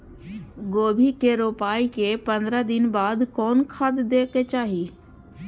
गोभी के रोपाई के पंद्रह दिन बाद कोन खाद दे के चाही?